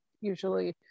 usually